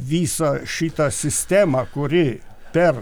visą šitą sistemą kuri per